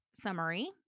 summary